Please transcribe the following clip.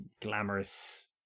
glamorous